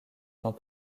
tant